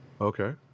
okay